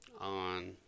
on